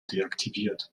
deaktiviert